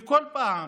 בכל פעם